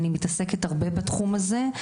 ואני מתעסקת הרבה בתחום הזה.